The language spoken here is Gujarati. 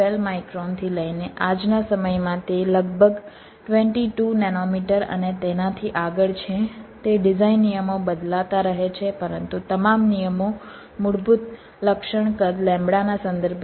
12 માઈક્રોનથી લઈને આજના સમયમાં તે લગભગ 22 નેનો મીટર અને તેનાથી આગળ છે તે ડિઝાઇન નિયમો બદલાતા રહે છે પરંતુ તમામ નિયમો મૂળભૂત લક્ષણ કદ લેમ્બડાના સંદર્ભમાં છે